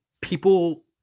people